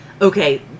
Okay